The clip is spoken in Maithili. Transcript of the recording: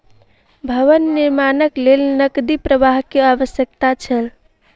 भवन निर्माणक लेल नकदी प्रवाह के आवश्यकता छल